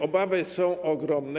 Obawy są ogromne.